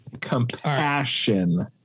compassion